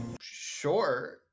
Sure